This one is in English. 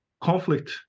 conflict